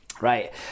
Right